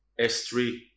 S3